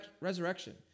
resurrection